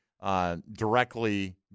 directly